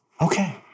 Okay